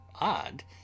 odd